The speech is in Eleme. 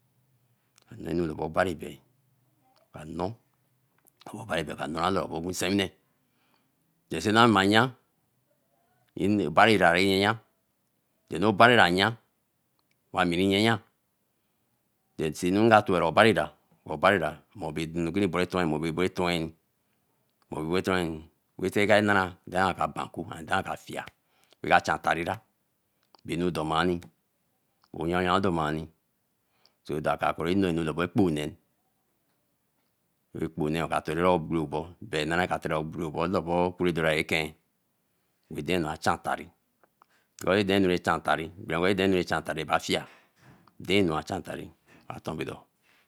Anenu labo obari bie a noo, obari bie a noora oku sewine. do anu rah ma yan rai obari rah rah nanata, do nu obarira a yan, wa ami rin yan yan. there is anu rain ka toare-obari yah, mo bo etoin, mo bo etoin, mo bo etoin, e ka na dain ka banj dain ka fuma raka chan tariya bae anu domani. oya yan domani, so do-akar ra noi anu lore ekponee, ekponee ka tore obo lobo dare do eken a chan tarri, danu ra chan tari ba fie, danu a chan tari aton bedo